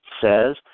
says